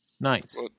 Nice